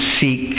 seek